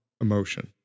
emotion